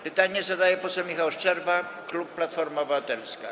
Pytanie zadaje poseł Michał Szczerba, klub Platforma Obywatelska.